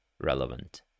relevant